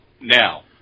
Now